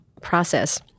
process